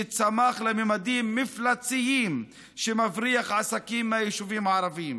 שצמח לממדים מפלצתיים ושמבריח עסקים מהיישובים הערביים,